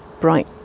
bright